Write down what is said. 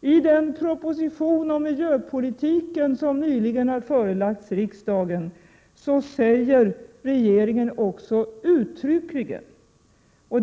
Regeringen har nyligen förelagt riksdagen en proposition om miljöpolitiken.